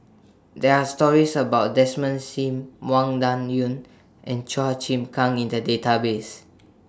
There Are stories about Desmond SIM Wang Dayuan and Chua Chim Kang in The Database